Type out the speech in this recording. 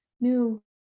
new